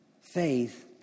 Faith